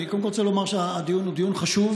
אני קודם כול רוצה לומר שהדיון הוא דיון חשוב,